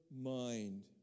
mind